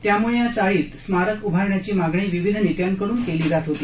त्यामुळं या चाळीत स्मारक उभारण्याची मागणी विविध नेत्यांकडून केली जात होती